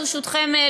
ברשותכם,